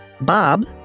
Bob